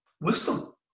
wisdom